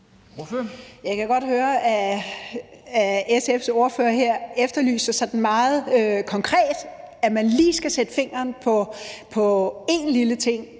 Jeg kan godt høre, at SF's ordfører her efterlyser sådan meget konkret, at man lige skal sætte fingeren på én lille ting,